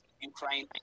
Ukraine